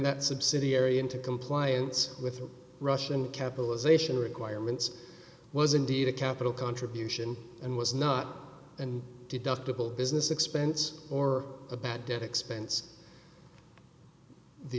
that subsidiary into compliance with the russian capitalization requirements was indeed a capital contribution and was not and deductible business expense or a bad debt expense the